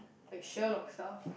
like Sherlock stuff